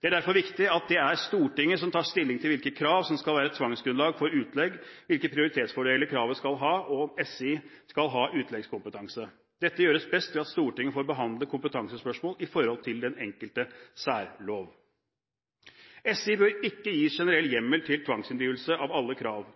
Det er derfor viktig at det er Stortinget som tar stilling til hvilke krav som skal være tvangsgrunnlag for utlegg, hvilke prioriteringsfordeler kravet skal ha og om SI skal ha utleggskompetanse. Dette gjøres best ved at Stortinget får behandle kompetansespørsmål i forhold til den enkelte særlov. SI bør ikke gis generell hjemmel til tvangsinndrivelse av alle krav